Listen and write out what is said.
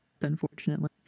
unfortunately